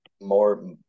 more